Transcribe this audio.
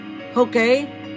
Okay